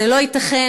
לא ייתכן